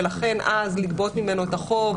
ולכן אז לגבות ממנו את החוב,